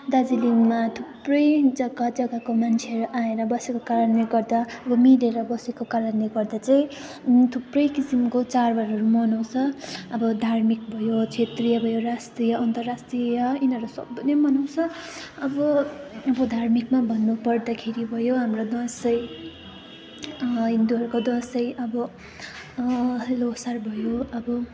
दार्जिलिङमा थुप्रै जग्गा जग्गाको मानिसहरू आएर बसेको कारणले गर्दा अब मिलेर बसेको कारणले गर्दा चाहिँ थुप्रै किसिमको चाडबाडहरू मनाउँछ अब धार्मिक भयो क्षेत्रीय भयो राष्ट्रिय अन्तर्राष्ट्रिय यिनीहरू सबै नै मनाउँछ अब अब धार्मिकमा भन्नुपर्दाखेरि भयो हाम्रो दसैँ हिन्दूहरूको दसैँ अब ल्होसार भयो अब